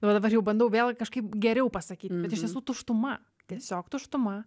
va dabar jau bandau vėl kažkaip geriau pasakyt bet iš tiesų tuštuma tiesiog tuštuma